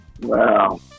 wow